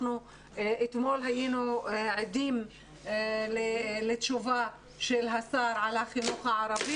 אנחנו אתמול היינו עדים לתשובה של השר על החינוך הערבי